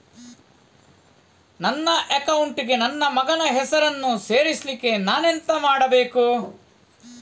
ನನ್ನ ಅಕೌಂಟ್ ಗೆ ನನ್ನ ಮಗನ ಹೆಸರನ್ನು ಸೇರಿಸ್ಲಿಕ್ಕೆ ನಾನೆಂತ ಮಾಡಬೇಕು?